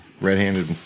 red-handed